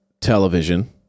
television